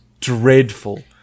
dreadful